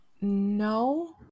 No